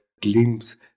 glimpse